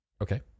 Okay